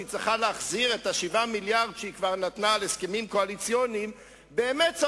שצריכה להחזיר את 7 המיליארדים שהיא כבר נתנה להסכמים קואליציוניים,